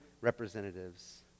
representatives